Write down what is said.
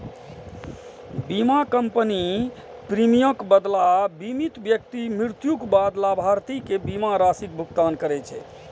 बीमा कंपनी प्रीमियमक बदला बीमित व्यक्ति मृत्युक बाद लाभार्थी कें बीमा राशिक भुगतान करै छै